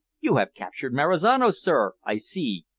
you have captured marizano, sir, i see,